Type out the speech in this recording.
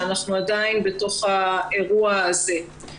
שאנחנו עדיין בתוך האירוע הזה.